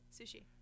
sushi